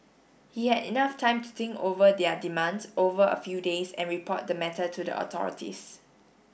he had enough time to think over their demands over a few days and report the matter to the authorities